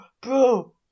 bro